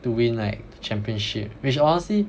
to win like championship which honestly